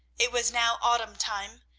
it was now autumn time,